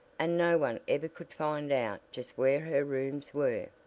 and no one ever could find out just where her rooms were.